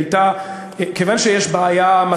כיוון שיש בעיה,